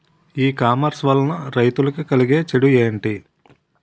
ఈ కామర్స్ వలన రైతులకి కలిగే చెడు ఎంటి?